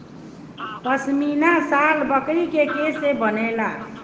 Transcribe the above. पश्मीना शाल बकरी के केश से बनेला